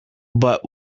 but